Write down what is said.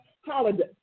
holiday